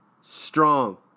strong